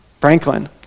Franklin